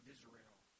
Israel